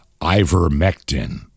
ivermectin